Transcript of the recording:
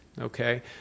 okay